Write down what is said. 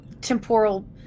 temporal